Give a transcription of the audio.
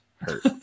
Hurt